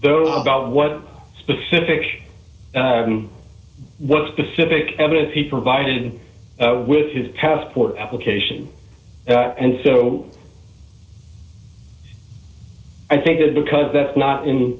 though about what specific what specific evidence he provided with his passport application and so i think that because that's not in